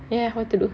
ya what to do